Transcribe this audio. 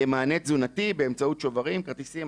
מענה תזונתי באמצעות שוברים וכרטיסים,